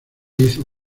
hizo